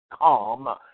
calm